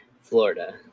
Florida